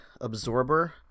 absorber